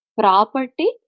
property